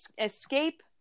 escape